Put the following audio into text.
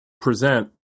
present